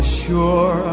sure